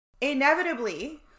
Inevitably